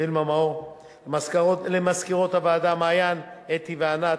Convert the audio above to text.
וילמה מאור, למזכירות הוועדה מעיין, אתי וענת,